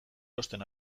erosten